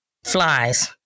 flies